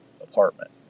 apartment